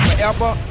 Forever